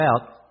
out